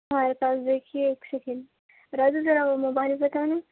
ہمارے پاس دیکھیے ایک سکنڈ راجو ذرا وہ موبائل بتانا